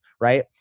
right